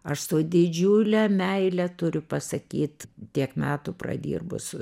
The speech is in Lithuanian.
aš su didžiule meile turiu pasakyt tiek metų pradirbus su